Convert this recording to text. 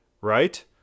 right